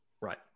Right